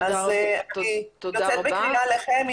אז אני יוצאת בקריאה אליכם,